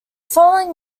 following